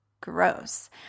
Gross